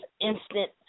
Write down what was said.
instant